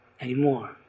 anymore